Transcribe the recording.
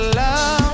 love